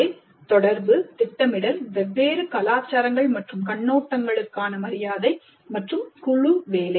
அவை தொடர்பு திட்டமிடல் வெவ்வேறு கலாச்சாரங்கள் மற்றும் கண்ணோட்டங்களுக்கான மரியாதை மற்றும் குழு வேலை